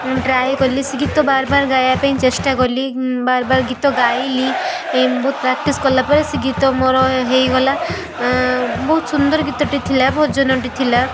ମୁଁ ଟ୍ରାଏ କଲି ସେ ଗୀତ ବାର ବାର ଗାଇବା ପାଇଁ ଚେଷ୍ଟା କଲି ବାର ବାର ଗୀତ ଗାଇଲି ବହୁତ ପ୍ରାକ୍ଟିସ୍ କଲା ପରେ ସେ ଗୀତ ମୋର ହେଇଗଲା ବହୁତ ସୁନ୍ଦର ଗୀତଟି ଥିଲା ଭଜନଟି ଥିଲା